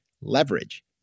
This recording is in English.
leverage